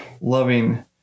loving